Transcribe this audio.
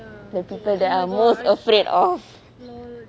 the people that I'm most afraid of